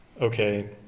Okay